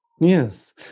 yes